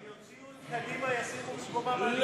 יוציאו את קדימה, ישימו במקומם את הליכוד.